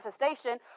manifestation